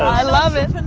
i love it, and